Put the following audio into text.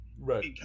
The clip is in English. Right